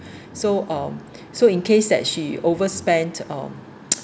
so uh so in case that she overspent um